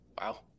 Wow